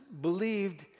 believed